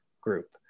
group